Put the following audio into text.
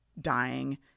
dying